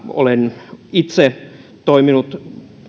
olen itse toiminut